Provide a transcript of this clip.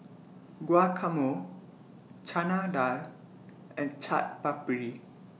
Guacamole Chana Dal and Chaat Papri